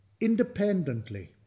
independently